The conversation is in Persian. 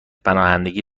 پناهندگی